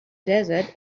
desert